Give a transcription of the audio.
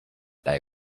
day